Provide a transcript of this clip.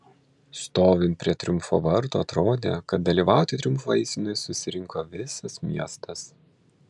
stovint prie triumfo vartų atrodė kad dalyvauti triumfo eisenoje susirinko visas miestas